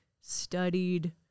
studied